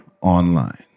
online